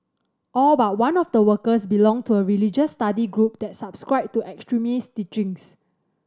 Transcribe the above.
all but one of the workers belonged to a religious study group that subscribed to extremist teachings